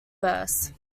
verse